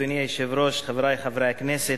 אדוני היושב-ראש, חברי חברי הכנסת,